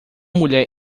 mulher